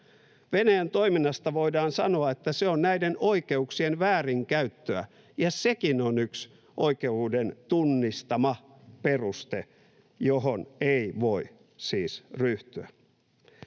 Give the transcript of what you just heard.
Venäjän toiminnasta voidaan sanoa, että se on näiden oikeuksien väärinkäyttöä, ja sekin on yksi oikeuden tunnistama peruste, johon ei voi siis ryhtyä.